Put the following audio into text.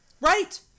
Right